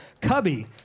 Cubby